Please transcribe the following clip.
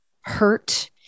hurt